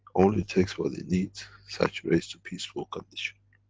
only takes what it needs such a ways to peaceful condition.